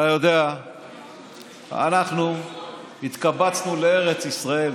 אתה יודע, אנחנו התקבצנו לארץ ישראל.